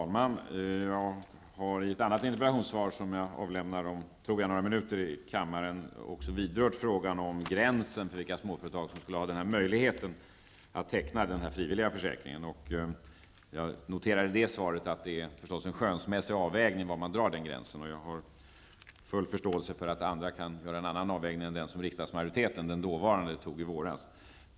Fru talman! I ett annat interpellationssvar som jag väl får avge om några minuter här i kammaren vidrör jag frågan om gränsen för vilka småföretagare som skall ha möjlighet att teckna den här frivilliga försäkringen. Jag noterar, och det framgår av det svaret, att det förstås är en skönsmässig avvägning var den gränsen dras. Jag har full förståelse för att andra gör en annan avvägning än den som den dåvarande riksdagsmajoriteten gjorde i våras.